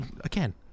Again